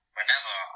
Whenever